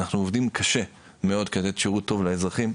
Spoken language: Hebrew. אנחנו עובדים קשה מאוד כדי לתת שירות טוב לאזרחים.